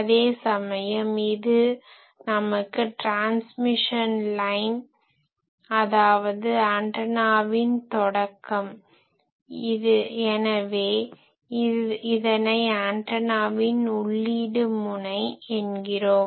அதேசமயம் இது நமக்கு ட்ரான்ஸ்மிஷன் லைன் transmission line பரப்புத்தடம் அதாவது ஆன்டனாவின் தொடக்கம் எனவே இதனை ஆன்டனாவின் உள்ளீடு முனை என்கிறோம்